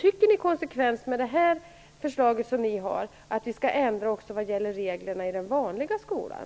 Tycker ni i konsekvens med det förslag som ni har att vi också skall ändra reglerna i den vanliga skolan?